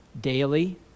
daily